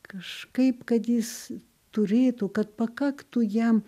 kažkaip kad jis turėtų kad pakaktų jam